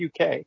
UK